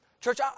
Church